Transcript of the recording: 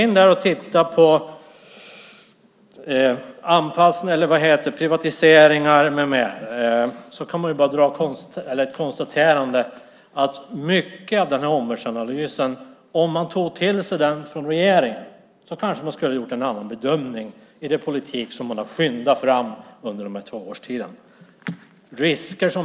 När det gäller privatiseringar kan man göra det konstaterandet att om regeringen hade tagit omvärldsanalysen till sig kanske man skulle ha gjort en annan bedömning i den politik som man har skyndat fram under den här tvåårstiden.